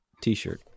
T-shirt